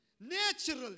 naturally